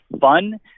fun